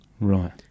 Right